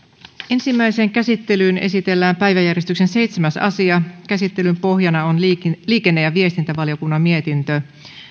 ensimmäiseen käsittelyyn esitellään päiväjärjestyksen seitsemäs asia käsittelyn pohjana on liikenne ja viestintävaliokunnan mietintö